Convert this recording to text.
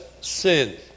sin